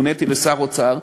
כשמוניתי לשר אוצר,